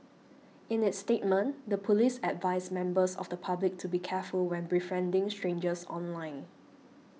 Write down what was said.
in its statement the police advised members of the public to be careful when befriending strangers online